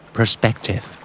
Perspective